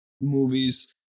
movies